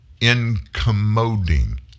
incommoding